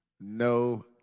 No